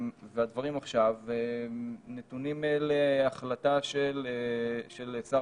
והדברים עכשיו נתונים להחלטה של שר